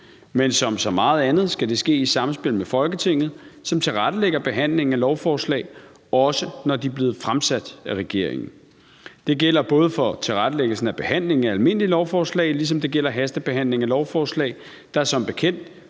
Men som med så meget andet skal det ske i samspil med Folketinget, som tilrettelægger behandlingen af lovforslag, også når de er blevet fremsat af regeringen. Det gælder for tilrettelæggelsen af behandlingen af almindelige lovforslag, ligesom det gælder hastebehandling af lovforslag, der som bekendt